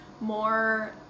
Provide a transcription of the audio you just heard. more